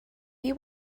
you